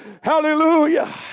hallelujah